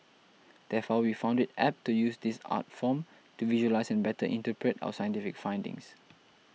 therefore we found it apt to use this art form to visualise and better interpret our scientific findings